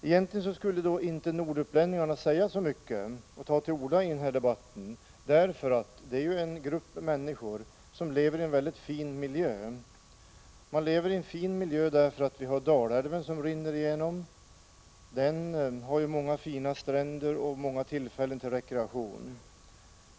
Egentligen skulle inte nordupplänningarna säga så mycket, inte ta till orda i den här debatten, för det är en grupp människor som lever i en mycket fin miljö. Man lever i en fin miljö, eftersom Dalälven rinner igenom området. Den har många fina stränder och ger många tillfällen till rekreation.